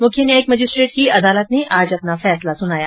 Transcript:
मुख्य न्यायिक मजिस्ट्रेट की अदालत ने आज अपना फैसला सुनाया